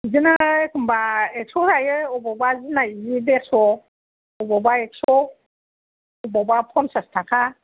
बिदिनो एखमबा एकस' लायो अबावबा देरस' अबावबा एकस' अबावबा फनसास ताखा